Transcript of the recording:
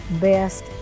best